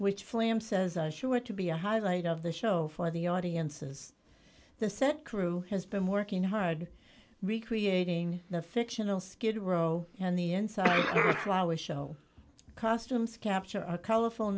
which flam says are sure to be a highlight of the show for the audiences the set crew has been working hard recreating the fictional skid row and the flower show costumes capture a colorful